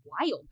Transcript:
wild